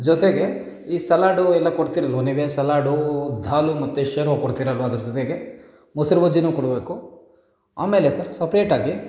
ಜೊತೆಗೆ ಈ ಸಲಾಡು ಎಲ್ಲ ಕೊಡ್ತೀರಲ್ವ ನೀವೆ ಸಲಾಡೂ ದಾಲು ಮತ್ತೆ ಶೇರ್ವ ಕೊಡ್ತೀರಲ್ವ ಅದ್ರ ಜೊತೆಗೆ ಮೊಸ್ರು ಬಜ್ಜಿಯೂ ಕೊಡಬೇಕು ಆಮೇಲೆ ಸರ್ ಸಪ್ರೇಟ್ ಆಗಿ